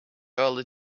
early